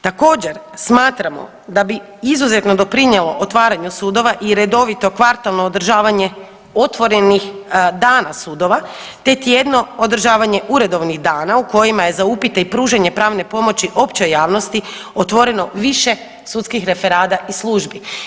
Također smatramo da bi izuzetno doprinjelo otvaranju sudova i redovito kvartalno održavanje otvorenih dana sudova, te tjedno održavanje uredovnih dana u kojima je za upite i pružanje pravne pomoći općoj javnosti otvoreno više sudskih referada i službi.